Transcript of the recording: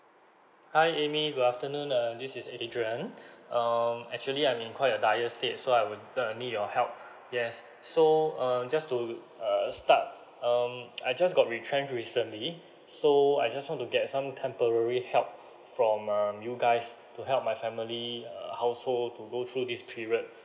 hi amy good afternoon uh this is adrian um actually I'm in quite a dire state so I would uh need your help yes so uh just to err start um I just got retrench recently so I just want to get some temporary help from um you guys to help my family uh household to go through this period